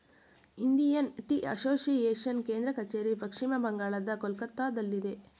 Indian tea association ಕೇಂದ್ರ ಕಚೇರಿ ಪಶ್ಚಿಮ ಬಂಗಾಳದ ಕೊಲ್ಕತ್ತಾದಲ್ಲಿ